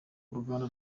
urugamba